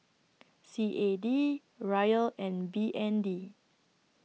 C A D Riel and B N D